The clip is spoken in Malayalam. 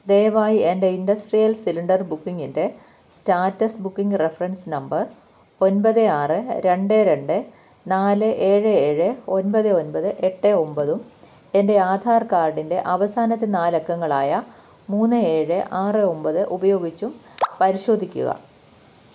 ദയവായി എന്റെ ഇൻഡസ്ട്രിയൽ സിലിണ്ടർ ബുക്കിങ്ങിന്റെ സ്റ്റാറ്റസ് ബുക്കിങ് റെഫറൻസ് നമ്പർ ഒൻപത് ആറ് രണ്ട് രണ്ട് നാല് ഏഴ് ഏഴ് ഒൻപത് ഒൻപത് എട്ട് ഒൻപതും എന്റെ ആധാർക്കാഡിന്റെ അവസാനത്തെ നാലക്കങ്ങളായ മൂന്ന് ഏഴ് ആറ് ഒൻപത് ഉപയോഗിച്ചും പരിശോധിക്കുക